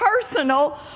personal